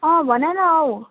अँ भन न औ